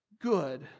good